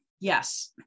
Yes